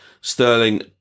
Sterling